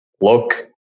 look